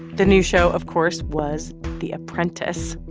the new show, of course, was the apprentice,